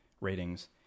ratings